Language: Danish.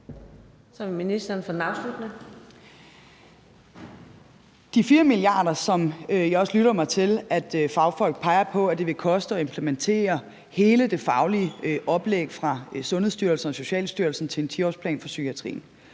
lytter mig til fagfolk peger på det vil koste at implementere hele det faglige oplæg fra Sundhedsstyrelsen og Socialstyrelsens side til en 10-årsplan for psykiatrien.